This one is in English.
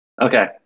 Okay